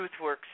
TruthWorks